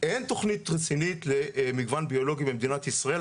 אין תוכנית רצינית למגוון ביולוגי במדינת ישראל.